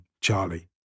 Charlie